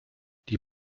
die